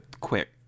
quick